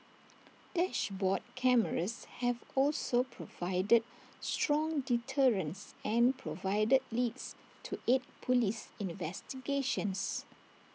dashboard cameras have also provided strong deterrence and provided leads to aid Police investigations